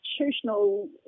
constitutional